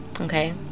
okay